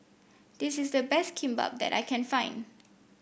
this is the best Kimbap that I can find